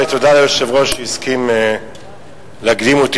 ותודה ליושב-ראש שהסכים להקדים אותי.